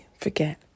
forget